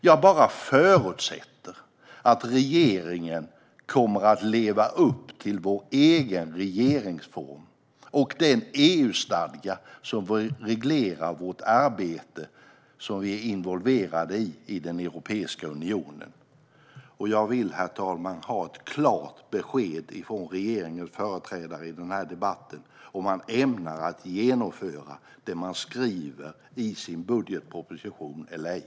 Jag bara förutsätter att regeringen kommer att leva upp till vår egen regeringsform och den EU-stadga som reglerar vårt arbete och som vi är involverade i i Europeiska unionen. Jag vill, herr talman, ha ett klart besked från regeringens företrädare i den här debatten om man ämnar genomföra det man skriver i sin budgetproposition eller ej.